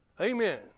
Amen